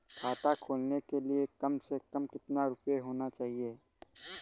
खाता खोलने के लिए कम से कम कितना रूपए होने चाहिए?